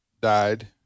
died